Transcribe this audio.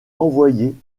envoyée